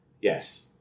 Yes